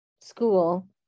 school